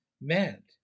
meant